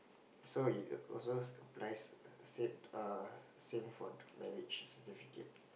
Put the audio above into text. so you will so nice same err same for marriage certificate